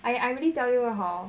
I I really tell you hor